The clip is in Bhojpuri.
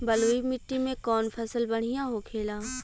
बलुई मिट्टी में कौन फसल बढ़ियां होखे ला?